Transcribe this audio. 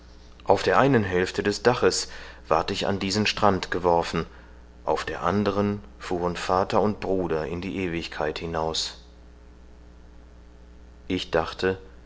auf der einen hälfte des daches ward ich an diesen strand geworfen auf der anderen fuhren vater und bruder in die ewigkeit hinaus ich dachte